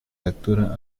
lectura